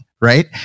Right